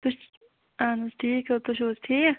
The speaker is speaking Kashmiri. تُہۍ اَہن حظ ٹھیٖک حظ تُہۍ چھُو حظ ٹھیٖک